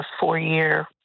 four-year